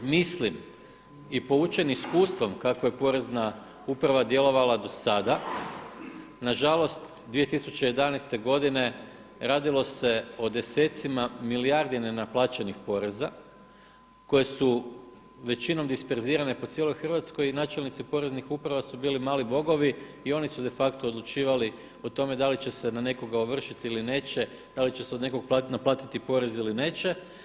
Mislim i poučen iskustvom kako je porezna uprava djelovala do sada, nažalost 2011. godine radilo se o desecima milijardi nenaplaćenih poreza koje su većinom disperzirane po cijeloj Hrvatskoj i načelnici poreznih uprava su bili mali bogovi i oni su de facto odlučivali o tome da li će se na nekoga ovršiti ili neće, da li će se od nekoga naplatiti porez ili neće.